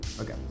okay